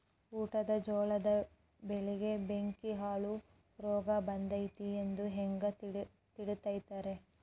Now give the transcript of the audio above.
ಊಟದ ಜೋಳದ ಬೆಳೆಗೆ ಬೆಂಕಿ ಹುಳ ರೋಗ ಬಂದೈತಿ ಎಂದು ಹ್ಯಾಂಗ ತಿಳಿತೈತರೇ?